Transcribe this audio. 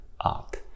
up